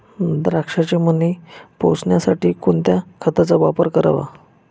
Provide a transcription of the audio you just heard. द्राक्षाचे मणी पोसण्यासाठी कोणत्या खताचा वापर करावा?